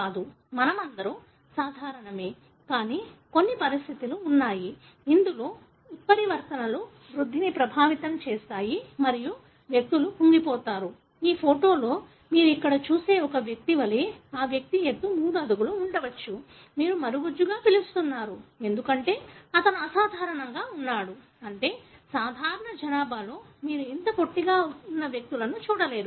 కానీ కొన్ని పరిస్థితులు ఉన్నాయి ఇందులో ఉత్పరివర్తనలు వృద్ధిని ప్రభావితం చేస్తాయి మరియు వ్యక్తులు కుంగిపోతారు ఈ ఫోటోలో మీరు ఇక్కడ చూసే ఒక వ్యక్తి వలె ఆ వ్యక్తి ఎత్తు 3 అడుగులు ఉండవచ్చు మీరు మరుగుజ్జుగా పిలుస్తున్నారు ఎందుకంటే అతను అసాధారణంగా ఉన్నాడు అంటే సాధారణ జనాభాలో మీరు ఇంత పొట్టిగా ఉన్న వ్యక్తులను చూడలేరు